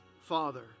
Father